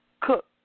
Cook